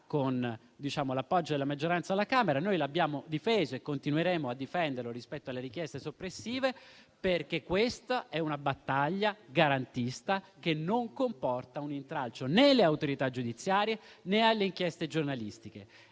con l'appoggio della maggioranza alla Camera. Noi l'abbiamo difeso e continueremo a difenderlo rispetto alle richieste soppressive, perché questa è una battaglia garantista, che non comporta un intralcio, né alle autorità giudiziarie né alle inchieste giornalistiche.